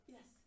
Yes